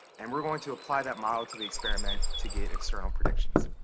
and we're going to apply that model to the experiment to get external predictions,